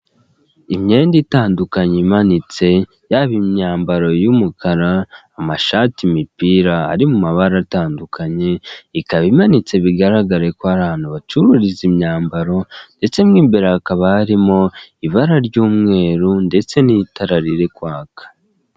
Imyenda itandukanye imanitse yaba imyambaro y'umukara amashati imipira ari mu mabara atandukanye, ikaba imanitse bigaragare ko ari ahantu bacururiza imyambaro ndetse mu imbere hakaba harimo ibara ry'umweru ndetse n'itara riri kwaka.